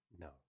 no